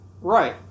Right